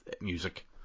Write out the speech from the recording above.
music